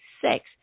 six